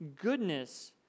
goodness